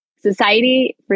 Society